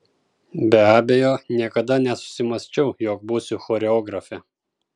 be abejo niekada nesusimąsčiau jog būsiu choreografė